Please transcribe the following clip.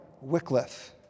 Wycliffe